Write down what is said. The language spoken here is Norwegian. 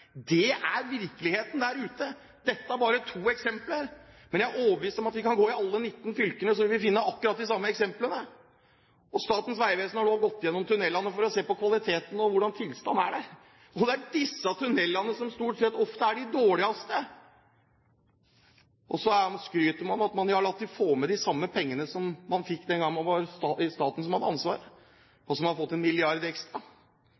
Det er virkeligheten der ute. Dette er bare to eksempler. Men jeg er overbevist om at vi kan gå til alle de 19 fylkene og finne akkurat de samme eksemplene. Statens vegvesen har nå gått igjennom tunnelene for å se på kvaliteten og på tilstanden for disse, og det er disse tunnelene som stort sett er de dårligste. Og så skryter man av at man har latt dem få de samme pengene som man fikk den gang det var staten som hadde ansvaret, og som har fått en milliard ekstra.